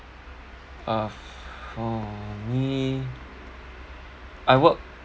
uh for me I work